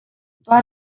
doar